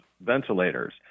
ventilators